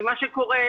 מה שקורה,